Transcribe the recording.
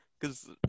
Cause